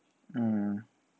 hmm